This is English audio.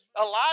Elijah